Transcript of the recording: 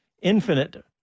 infinite